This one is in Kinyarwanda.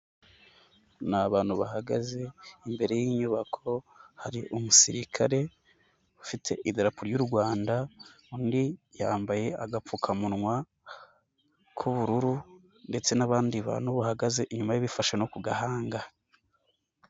Ni abantu bahagaze imbere y'inyubako, hari umusirikare ufite ibendera ry'u Rwanda, undi yambaye agapfukamunwa k'ubururu ndetse n'abandi bantu bahagaze inyuma bifasha no ku gahanga.